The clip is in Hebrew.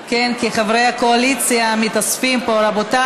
כשהם נכנסים עם דרכונים.